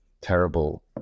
terrible